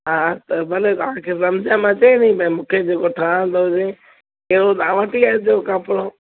हा त भले तव्हांखे समुझ में अचे नी त मूंखे जेको ठहंदो हुजे अहिड़ो तव्हां वटि आहे जो कपिड़ो